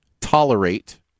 tolerate